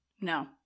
No